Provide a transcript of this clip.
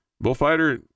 bullfighter